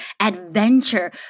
adventure